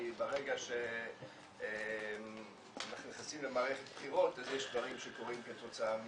ברגע שנכנסים למערכת בחירות אז יש דברים שקורים כתוצאה מזה.